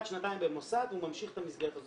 שנתיים במוסד והוא ממשיך את המסגרת הזו.